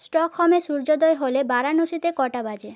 স্টকহোমে সূর্যোদয় হলে বারাণসীতে কটা বাজে